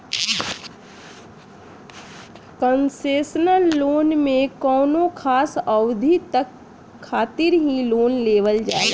concessional loan में कौनो खास अवधि तक खातिर ही लोन देवल जाला